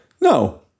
No